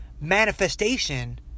manifestation